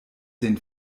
den